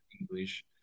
English